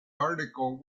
article